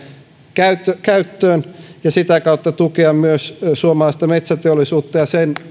käyttöön käyttöön ja sitä kautta myös tukea suomalaista metsäteollisuutta ja